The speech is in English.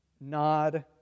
nod